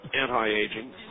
Anti-aging